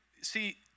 see